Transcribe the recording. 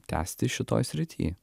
tęsti šitoj srity